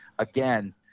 Again